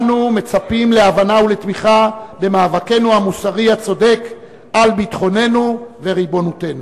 אנו מצפים להבנה ולתמיכה במאבקנו המוסרי הצודק על ביטחוננו וריבונותנו.